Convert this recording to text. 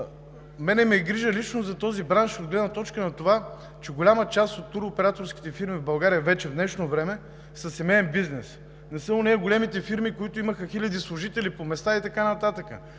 мен ме е грижа лично за този бранш от гледна точка на това, че голяма част от туроператорските фирми в България в днешно време са семеен бизнес. Не са онези големи фирми, които имаха хиляди служители по места и така нататък.